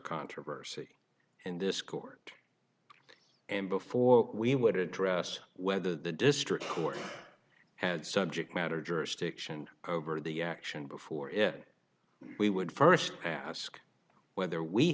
controversy in this court and before we would address whether the district court and subject matter jurisdiction over the action before it we would first ask whether we